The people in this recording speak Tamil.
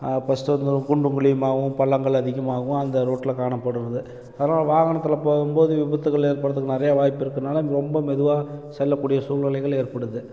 ஃபஸ்ட்டு வந்து குண்டு குழியுமாகவும் பள்ளங்கள் அதிகமாகவும் அந்த ரோட்ல காணப்படுகிறது ஆனால் வாகனத்தில் போகும்போது விபத்துக்கள் ஏற்படுறதுக்கு நிறைய வாய்ப்பு இருக்கிறனால ரொம்ப மெதுவாக செல்லக்கூடிய சூழ்நிலைகள் ஏற்படுது